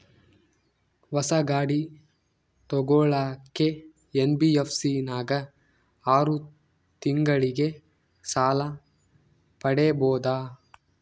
ಹೊಸ ಗಾಡಿ ತೋಗೊಳಕ್ಕೆ ಎನ್.ಬಿ.ಎಫ್.ಸಿ ನಾಗ ಆರು ತಿಂಗಳಿಗೆ ಸಾಲ ಪಡೇಬೋದ?